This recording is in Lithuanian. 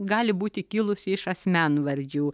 gali būti kilusi iš asmenvardžių